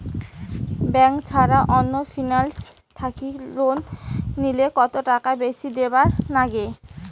Bank ছাড়া অন্য financial থাকি লোন নিলে কতটাকা বেশি দিবার নাগে?